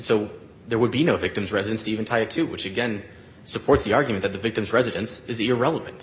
so there would be no victims residence even type two which again supports the argument of the victim's residence is irrelevant